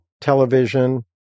television